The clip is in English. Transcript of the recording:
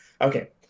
Okay